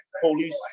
police